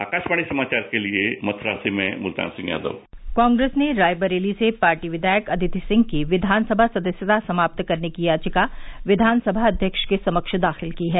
आकाशवाणी समाचार के लिए मथुरा से मैं मुल्तान सिंह यादव कांग्रेस ने रायबरेली से पार्टी विधायक अदिति सिंह की विधानसभा सदस्यता समाप्त करने की याचिका विधानसभा अध्यक्ष के समक्ष दाखिल की है